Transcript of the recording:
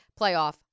playoff